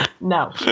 No